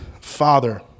Father